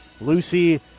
Lucy